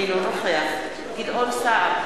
אינו נוכח גדעון סער,